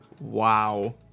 Wow